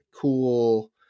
cool